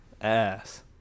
Ass